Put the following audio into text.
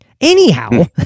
Anyhow